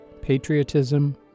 patriotism